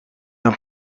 een